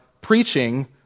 preaching